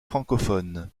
francophones